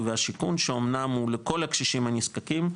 והשיכון שאמנם הוא לכל הקשישים הנזקקים,